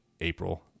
April